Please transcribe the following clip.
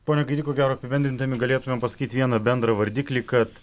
pone gaidy ko gero apibendrindami galėtumėm pasakyt vieną bendrą vardiklį kad